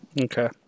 Okay